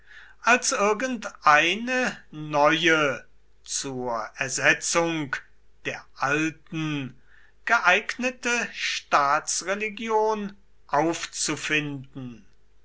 als irgendeine neue zur ersetzung der alten geeignete staatsreligion aufzufinden